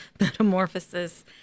Metamorphosis